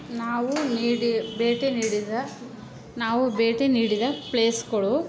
ನಾವು ನೀಡಿ ಭೇಟಿ ನೀಡಿದ ನಾವು ಭೇಟಿ ನೀಡಿದ ಪ್ಲೇಸ್ಗಳು